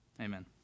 Amen